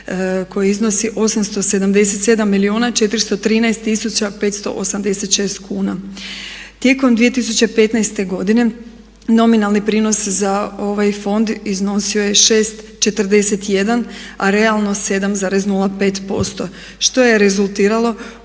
koji iznosi 887 milijuna 413 tisuća 586 kuna. Tijekom 2015.godine nominalni prinos za ovaj fond iznosio je 6,41 a realno 7,05% što je rezultiralo